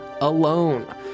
alone